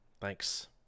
Thanks